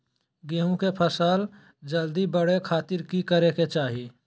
गेहूं के फसल जल्दी बड़े खातिर की करे के चाही?